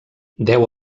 deu